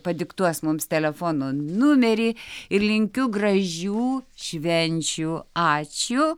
padiktuos mums telefono numerį ir linkiu gražių švenčių ačiū